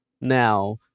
now